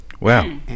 Wow